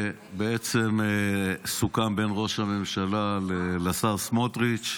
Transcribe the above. שבעצם סוכם בין ראש הממשלה לשר סמוטריץ'.